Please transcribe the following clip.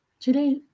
today